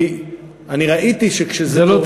כי אני ראיתי שכשזה קורה,